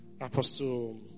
Apostle